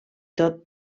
tot